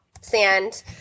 sand